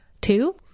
Two